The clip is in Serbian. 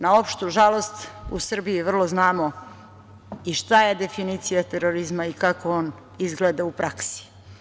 Na opštu žalost u Srbiji je vrlo znamo i šta je definicija terorizma i kako on izgleda u praksi.